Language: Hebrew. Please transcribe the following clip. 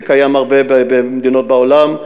זה קיים הרבה במדינות בעולם.